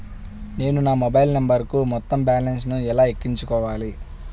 నేను నా మొబైల్ నంబరుకు మొత్తం బాలన్స్ ను ఎలా ఎక్కించుకోవాలి?